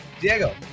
Diego